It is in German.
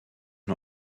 nur